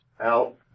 out